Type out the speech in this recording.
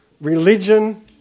religion